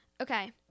okay